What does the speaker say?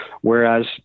whereas